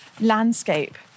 landscape